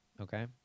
okay